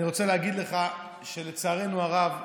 אני רוצה להגיד לך שלצערנו הרב,